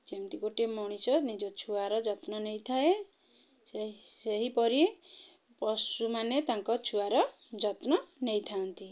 ଯେମିତି ଗୋଟିଏ ମଣିଷ ନିଜ ଛୁଆର ଯତ୍ନ ନେଇଥାଏ ସେହିପରି ପଶୁମାନେ ତାଙ୍କ ଛୁଆର ଯତ୍ନ ନେଇଥାନ୍ତି